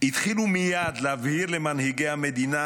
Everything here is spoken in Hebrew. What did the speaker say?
והתחילו מייד להבהיר למנהיגי המדינה: